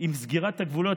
עם סגירת הגבולות,